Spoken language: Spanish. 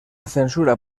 censura